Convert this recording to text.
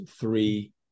three